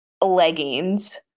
leggings